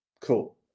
Cool